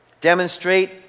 Demonstrate